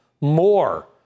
more